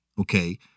okay